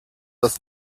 das